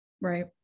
Right